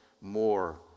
more